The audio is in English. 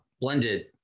blended